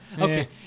Okay